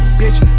bitch